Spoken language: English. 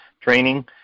training